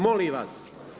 Molim vas.